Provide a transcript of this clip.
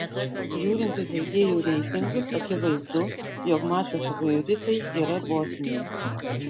žiūrint į žaidėjų reitingus akivaizdu jog mačo favoritai yra bosniai